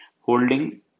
holding